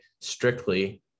strictly